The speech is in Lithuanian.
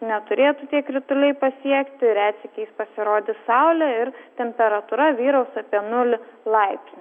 neturėtų krituliai pasiekti retsykiais pasirodys saulė ir temperatūra vyraus apie nulį laipsnių